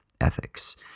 ethics